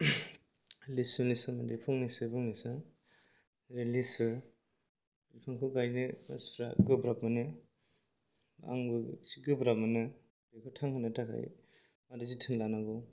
लिसुनि सोमोनदै फंनैसो बुंनोसै लिसु बिफांखौ गायनो मानसिफ्रा गोब्राब मोनो आंबो इसे गोब्राब मोनो बेखौ थांहोनो थाखाय माबोरै जोथोन लानांगौ